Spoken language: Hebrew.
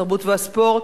התרבות והספורט,